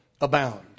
abound